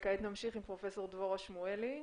וכעת נמשיך עם פרופ' דבורה שמואלי,